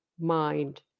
mind